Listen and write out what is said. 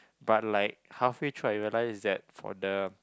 but like halfway through I realise that for the